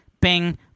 bing